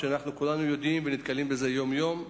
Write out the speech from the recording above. שאנחנו כולנו יודעים ונתקלים בזה יום-יום?